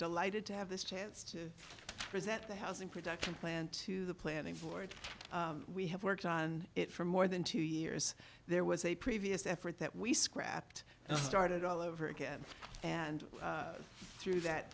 delighted to have this chance to present the house and production plan to the planning board we have worked on it for more than two years there was a previous effort that we scrapped and started all over again and through that